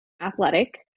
athletic